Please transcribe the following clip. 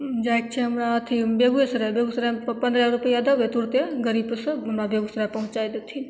जाइके छै हमरा अथी बेगूएसराय बेगूसरायमे पन्द्रह रूपैआ देबय तुरते गाड़ीपर से हमरा बेगूसराय पहुँचाय देथिन